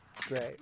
Great